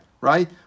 right